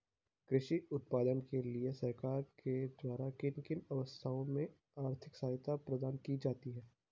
कृषि उत्पादन के लिए सरकार के द्वारा किन किन अवस्थाओं में आर्थिक सहायता प्रदान की जाती है?